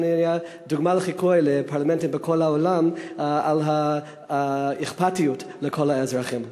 אנחנו נהיה דוגמה לחיקוי לפרלמנטים בכל העולם באכפתיות לכל האזרחים.